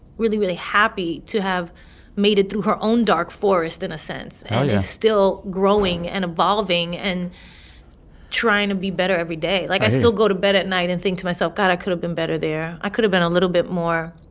really, really happy to have made it through her own dark forest, in a sense. oh, yeah. and is still growing and evolving and trying to be better every day yeah like, i still go to bed at night and think to myself, god, i could have been better there. i could have been a little bit more,